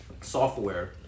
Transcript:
software